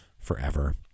Forever